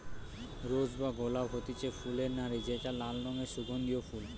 rose বা গোলাপ হতিছে ফুলের রানী যেটা লাল রঙের সুগন্ধিও ফুল